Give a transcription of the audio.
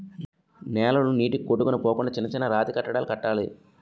నేలలు నీటికి కొట్టుకొని పోకుండా చిన్న చిన్న రాతికట్టడాలు కట్టాలి